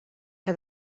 que